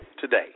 today